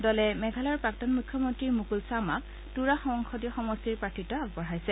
দলে মেঘালয়ৰ প্ৰাক্তন মুখ্যমন্ত্ৰী মুকুল চাংমাক তুৰা সংসদীয় সমষ্টিৰ প্ৰাৰ্থিত্ব আগবঢ়াইছে